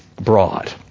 broad